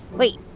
wait.